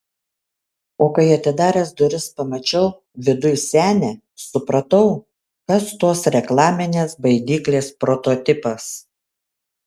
o kai atidaręs duris pamačiau viduj senę supratau kas tos reklaminės baidyklės prototipas